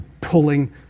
pulling